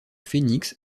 phénix